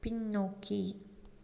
பின்னோக்கி